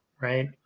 right